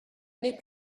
n’est